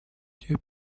тебя